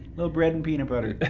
little bread and peanut butter.